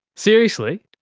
seriously?